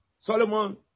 Solomon